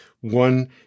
One